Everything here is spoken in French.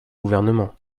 gouvernement